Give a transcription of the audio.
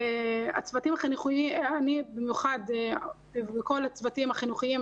אני במיוחד וכל הצוותים החינוכיים